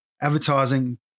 Advertising